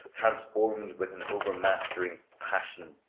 transformed with an overmastering passion.